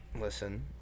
Listen